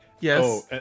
yes